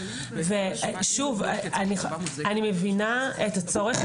אני מבינה את הצורך,